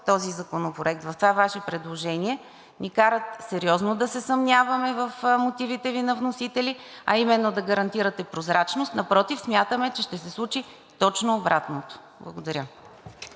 този законопроект, в това Ваше предложение, ни карат сериозно да се съмняваме в мотивите Ви на вносители, а именно да гарантирате прозрачност – напротив, смятаме, че ще се случи точно обратното. Благодаря.